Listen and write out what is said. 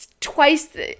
twice